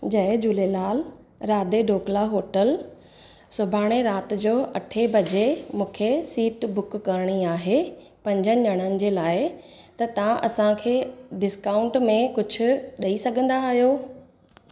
जय Jhulelal Radhe dhokla hotel सुभाणे राति जो अठ वजे मुखे सीट बुक करणी आहे पंज ॼणनि जे लाइ त तव्हां असांखे डिस्काउंट में कुझु ॾेई सघंदा आहियो